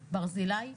ברזילי,